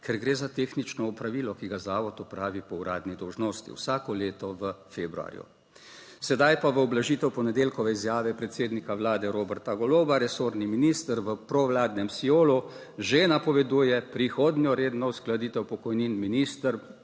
ker gre za tehnično opravilo, ki ga zavod opravi po uradni dolžnosti vsako leto v februarju. Sedaj pa v ublažitev ponedeljkove izjave predsednika Vlade Roberta Goloba resorni minister v provladnem Siolu že napoveduje prihodnjo redno uskladitev pokojnin, minister,